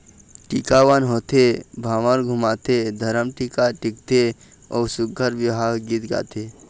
टिकावन होथे, भांवर घुमाथे, धरम टीका टिकथे अउ सुग्घर बिहाव गीत गाथे